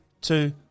two